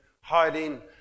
hiding